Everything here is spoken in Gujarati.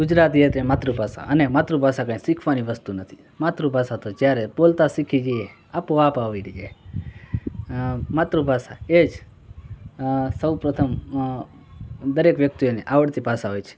ગુજરાતી એટલે માતૃભાષા અને માતૃભાષા કંઈ શીખવાની વસ્તુ નથી માતૃભાષા તો જ્યારે બોલતાં શીખી જઇએ આપોઆપ આવડી જાય અં માતૃભાષા એ જ અં સૌપ્રથમ અં દરેક વ્યક્તિઓને આવડતી ભાષા હોય છે